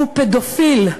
הוא פדופיל,